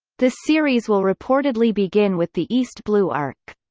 the series will reportedly begin with the east blue arc.